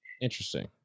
Interesting